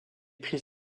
pris